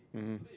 mmhmm